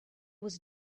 was